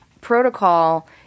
protocol